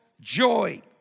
joy